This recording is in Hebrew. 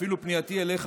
אפילו פנייתי אליך,